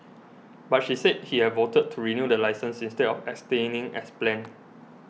but she said he had voted to renew the licence instead of abstaining as planned